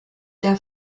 der